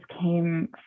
came